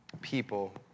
people